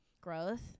growth